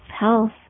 health